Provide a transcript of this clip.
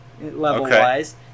level-wise